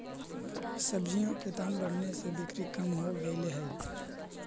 सब्जियों के दाम बढ़ने से बिक्री कम हो गईले हई